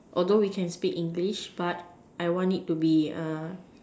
although we can speak English but I want it to be err